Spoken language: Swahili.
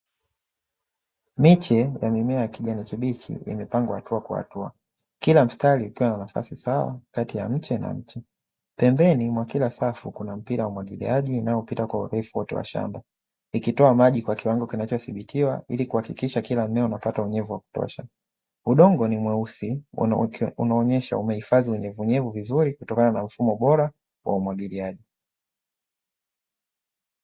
Miche ya mimea ya kijani kibichi imepangwa hatua kwa hatua, kila mstari ukiwa na nafasi sawa kati ya mche na mche. Pembeni mwa kila safu kuna mpira wa umwagiliaji, unaopita kwa urefu wote wa shamba ikitoa maji kwa kiwango kinachodhibitiwa, ili kuhakikisha kila mmea unapata unyevu wa kutosha. Udongo ni mweusi, unaonyesha umehifadhi unyevunyevu vizuri kutokana na mfumo bora wa umwagiliaji.